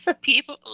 People